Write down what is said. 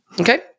okay